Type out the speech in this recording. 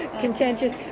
contentious